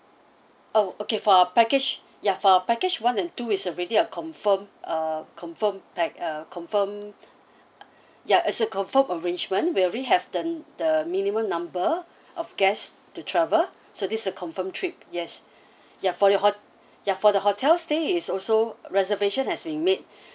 oh okay for our package ya for our package one and two is already a confirm uh confirm pack~ uh confirmed ya it's a confirmed arrangement we already have the the minimum number of guests to travel so this is a confirmed trip yes ya for the hot~ ya for the hotel stay is also reservation has been made